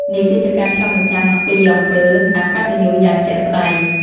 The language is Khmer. នេះគឺជាការឆ្លុះបញ្ចាំងពីអំពើអកតញ្ញូយ៉ាងជាក់ស្តែង។